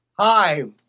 hi